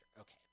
okay